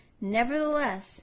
Nevertheless